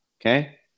Okay